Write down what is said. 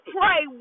pray